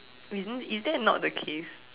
isn't is that not the case